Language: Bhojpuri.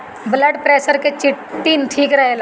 ब्लड प्रेसर के चिटिन ठीक रखेला